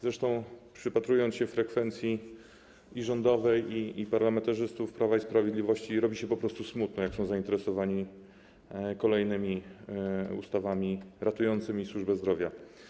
Zresztą kiedy przypatrzeć się frekwencji i rządowej, i parlamentarzystów z Prawa i Sprawiedliwości, robi się po prostu smutno - jak oni są zainteresowani kolejnymi ustawami ratującymi służbę zdrowia.